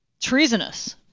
Treasonous